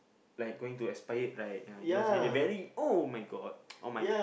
like going to expired right ya you want see the very [oh]-my-god oh my